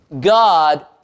god